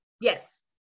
Yes